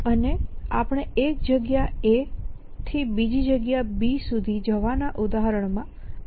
અને આપણે એક જગ્યા A થી બીજી જગ્યા B સુધી જવાના ઉદાહરણમાં પસંદગી કરીશું